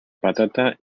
patata